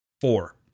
four